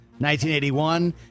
1981